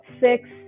six